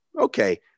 Okay